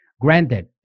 Granted